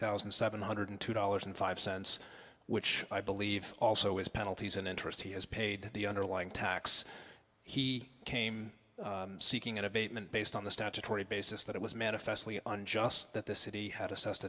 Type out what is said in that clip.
thousand seven hundred two dollars and five cents which i believe also is penalties and interest he has paid the underlying tax he came seeking an abatement based on the statutory basis that it was manifestly unjust that the city had assessed